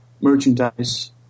merchandise